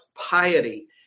Piety